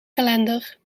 kalender